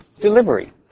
delivery